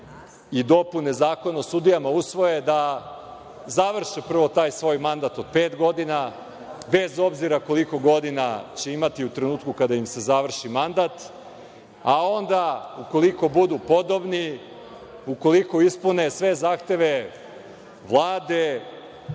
i dopune Zakona o sudijama usvoje, da završe prvo taj svoj mandat od pet godina, bez obzira koliko godina će imati u trenutku kada im se završi mandat, a onda, ukoliko budu podobni, ukoliko ispune sve zahteve Vlade,